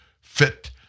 fit